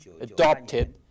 adopted